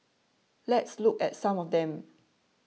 let's look at some of them